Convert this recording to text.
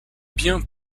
biens